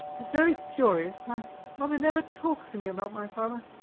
it is very curious, my mother never talks to me about my father.